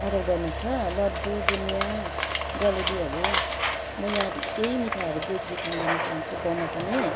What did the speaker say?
order गर्नु छ लड्डु बुनिया जुलबीहरू म यहाँ त्यही मिठाईहरू बेचबिखन गर्न चाहन्छु गाउँमा पनि